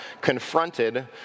confronted